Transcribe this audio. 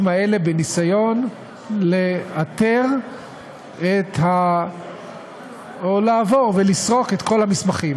האלה בניסיון לאתר או לעבור ולסרוק את כל המסמכים,